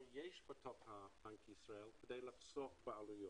יש בתוך בנק ישראל כדי לחסוך בעלויות.